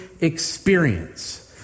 experience